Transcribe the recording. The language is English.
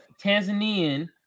Tanzanian